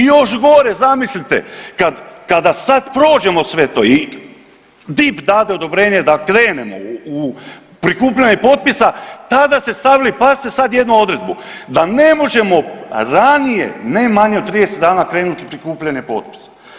I još gore, zamislite, kad, kada sad prođemo sve to i DIP dade odobrenje da krenemo u prikupljanje potpisa, tada ste stavili, pazite sad jednu odredbu, da ne možemo ranije, ne manje od 30 dana krenuti u prikupljanje potpisa.